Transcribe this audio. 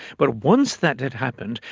but once that had happened,